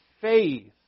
faith